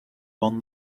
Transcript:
one